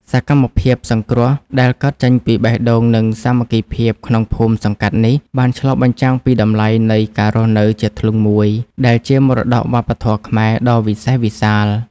សកម្មភាពសង្គ្រោះដែលកើតចេញពីបេះដូង និងសាមគ្គីភាពក្នុងភូមិសង្កាត់នេះ បានឆ្លុះបញ្ចាំងពីតម្លៃនៃ ការរស់នៅជាធ្លុងមួយ ដែលជាមរតកវប្បធម៌ខ្មែរដ៏វិសេសវិសាល។